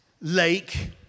lake